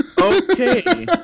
Okay